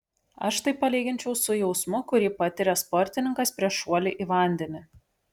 aš tai palyginčiau su jausmu kurį patiria sportininkas prieš šuolį į vandenį